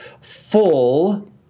Full